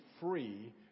free